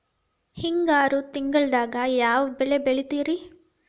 ಹಿಂಗಾರು ತಿಂಗಳದಾಗ ಯಾವ ಬೆಳೆ ಬೆಳಿತಿರಿ?